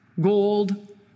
gold